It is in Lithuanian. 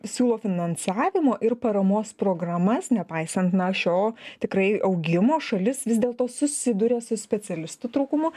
siūlo finansavimo ir paramos programas nepaisant na šio tikrai augimo šalis vis dėlto susiduria su specialistų trūkumu